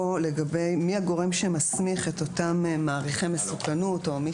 מי הגורם שמסמיך את אותם מעריכי מסוכנות או מי